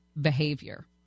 behavior